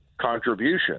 contribution